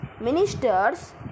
ministers